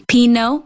Pino